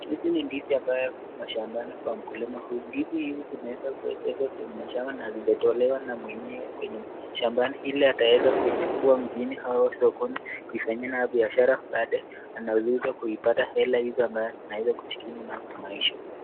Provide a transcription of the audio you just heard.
Hizi ni ndizi ambayo mashambani kwa mkulima huyu, ndizi hizi zimeweza kuwekezwa kwenye mashamba na hazijatolewa na mwenyewe kwenye shambani iliakaweza kuichukua mjini au sokoni kuifanyia nayo biashara baada anaziuza kuipata hela hizo ambaye anaweza kujikimu naye kimaisha.